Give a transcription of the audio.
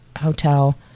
hotel